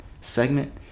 Segment